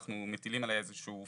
אנחנו מטילים עליה איזה שהיא